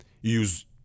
Use